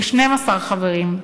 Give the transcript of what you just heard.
ל-12 חברים.